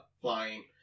flying